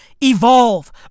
evolve